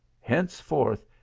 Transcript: Henceforth